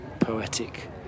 poetic